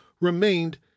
remained